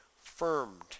firmed